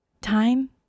time